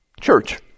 church